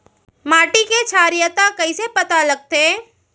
माटी के क्षारीयता कइसे पता लगथे?